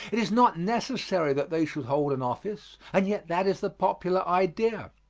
it is not necessary that they should hold an office, and yet that is the popular idea.